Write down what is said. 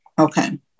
Okay